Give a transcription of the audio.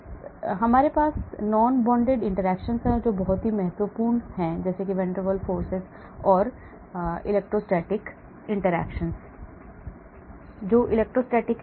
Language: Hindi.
फिर हमारे पास non bonded interactions है और महत्वपूर्ण लोग van der Waals और इलेक्ट्रोस्टैटिक हैं जो इलेक्ट्रोस्टैटिक है